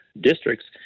districts